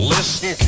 Listen